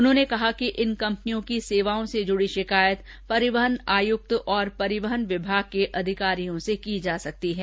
उन्होंने कहा कि इन कंपनियों की र्सवाओं से जुड़ी षिकायत परिवहन आयुक्त और परिवहन के अधिकारियों से भी की जा सकती है